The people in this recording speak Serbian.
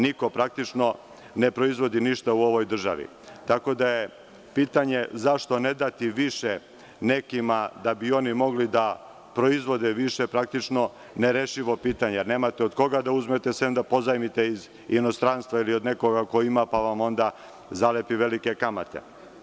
Niko praktično ne proizvodi ništa u ovoj državi, tako da je pitanje zašto ne dati više nekima da bi oni mogli da proizvode više praktično nerešivo pitanje, jer nemate od koga uzmete, sem da pozajmite iz inostranstva, ili od nekoga ko ima, pa vam onda zalepi velike kamate.